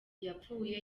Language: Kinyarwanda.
yapfuye